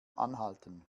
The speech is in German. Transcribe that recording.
anhalten